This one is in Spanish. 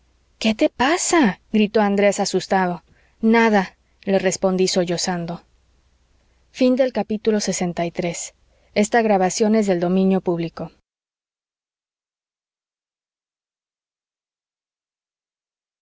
qué te pasa gritó andrés asustado nada le respondí sollozando lxiv